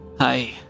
Hi